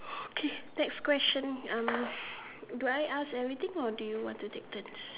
okay next question um do I ask everything or do you want to take turns